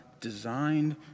designed